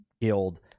guild